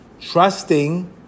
trusting